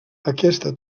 aquesta